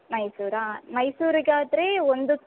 ಮೈಸೂರಾ ಮೈಸೂರಿಗಾದರೆ ಒಂದು